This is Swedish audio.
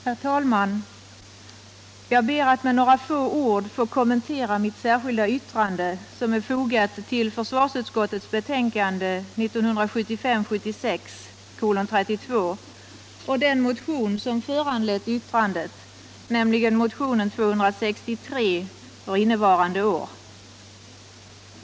Herr talman! Jag ber att med några ord få kommentera mitt särskilda yttrande som är fogat till försvarsutskottets betänkande 1975 76:263.